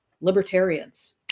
libertarians